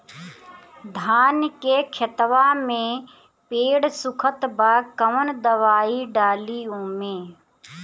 धान के खेतवा मे पेड़ सुखत बा कवन दवाई डाली ओमे?